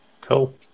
Cool